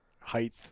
height